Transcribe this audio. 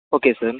okay sir